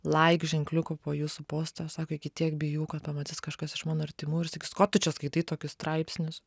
laik ženkliuko po jūsų postu aš sako iki tiek bijau kad pamatys kažkas iš mano artimų ir sakys ko tu čia skaitai tokius straipsnius